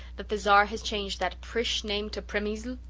that the czar has changed that prish name to premysl,